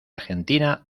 argentina